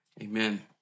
Amen